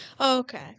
Okay